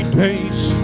days